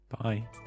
Bye